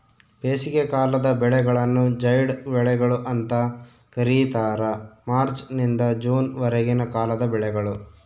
ಬೇಸಿಗೆಕಾಲದ ಬೆಳೆಗಳನ್ನು ಜೈಡ್ ಬೆಳೆಗಳು ಅಂತ ಕರೀತಾರ ಮಾರ್ಚ್ ನಿಂದ ಜೂನ್ ವರೆಗಿನ ಕಾಲದ ಬೆಳೆಗಳು